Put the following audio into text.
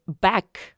back